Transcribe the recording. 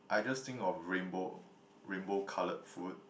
I just think of rainbow rainbow coloured food